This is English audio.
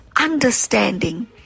understanding